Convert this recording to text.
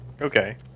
Okay